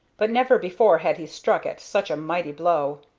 but never before had he struck it such a mighty blow,